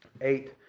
eight